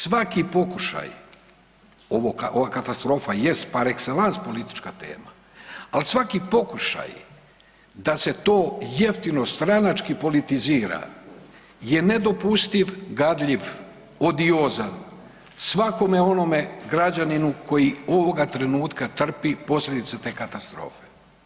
Svaki pokušaj, ova katastrofa jest par excellence politička tema, al svaki pokušaj da se to jeftino stranački politizira je nedopustiv, gadljiv, odiozan svakome onome građaninu koji ovoga trenutka trpi posljedice te katastrofe.